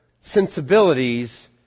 sensibilities